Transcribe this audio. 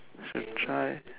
should try